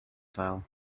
file